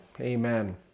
Amen